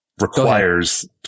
requires